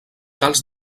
tals